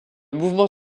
mouvement